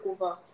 over